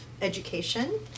education